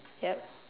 yup